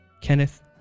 Kenneth